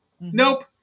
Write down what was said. Nope